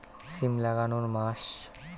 সিম লাগানোর মাস?